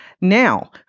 Now